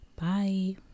bye